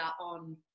on